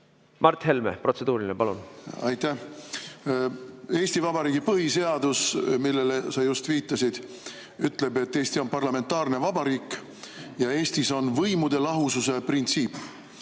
Mart Helme, protseduuriline, palun! Aitäh! Eesti Vabariigi põhiseadus, millele sa just viitasid, ütleb, et Eesti on parlamentaarne vabariik ja Eestis on võimude lahususe printsiip.